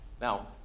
Now